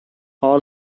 all